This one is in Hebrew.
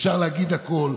אפשר להגיד הכול,